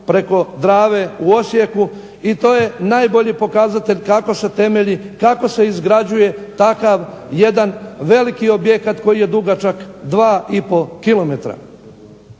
preko Drave u Osijeku i to je najbolji pokazatelj kako se temelji, kako se izgrađuje takav jedan veliki objekat koji je dugačak 2,5 km.